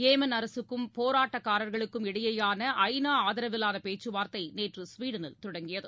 Yemen அரசுக்கும் போராட்டக்காரர்களுக்கு இடையேயான ஐ நா ஆதரவிலான பேச்சுவார்த்தை நேற்று ஸ்வீடனில் தொடங்கியது